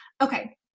Okay